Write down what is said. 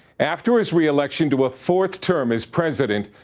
after his re-election to a fourth term as president,